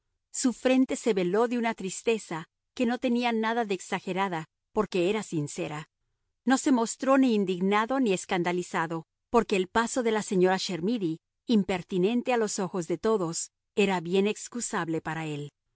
su frente se veló de una tristeza que no tenía nada de exagerada porque era sincera no se mostró ni indignado ni escandalizado porque el paso de la señora chermidy impertinente a los ojos de todos era bien excusable para él